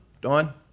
Dawn